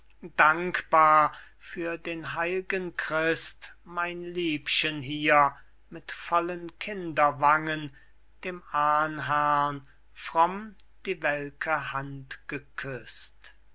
dankbar für den heil'gen christ mein liebchen hier mit vollen kinderwangen dem ahnherrn fromm die welke hand geküßt